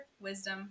wisdom